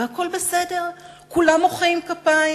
ולכאורה זו דרכו